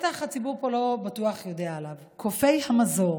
הציבור פה לא בטוח יודע עליהם, קופי המזור.